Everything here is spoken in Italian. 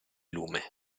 lume